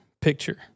picture